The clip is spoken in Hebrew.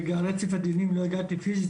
אתמול בגלל רצף הדיונים לא הגעתי פיזית,